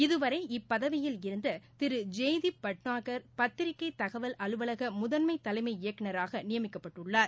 இதுவரை இப்பதவியில் இருந்ததிருஜெய்தீப் பட்நாள் பத்திரிகைதகவல் அலுவலகமுதன்மதலைமை இயக்குநராகநியமிக்கப்பட்டுள்ளார்